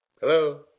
Hello